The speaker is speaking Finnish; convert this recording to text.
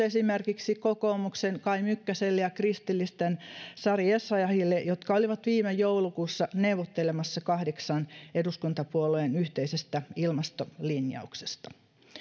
esimerkiksi kokoomuksen kai mykkäselle ja kristillisten sari essayahille jotka olivat viime joulukuussa neuvottelemassa kahdeksan eduskuntapuolueen yhteisestä ilmastolinjauksesta